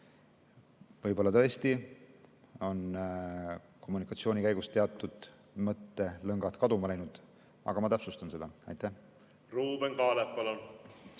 Võib-olla tõesti on kommunikatsiooni käigus teatud mõttelõngad kaduma läinud. Ma täpsustan seda. Ruuben